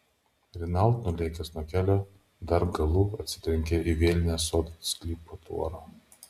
renault nulėkęs nuo kelio dar galu atsitrenkė į vielinę sodo sklypo tvorą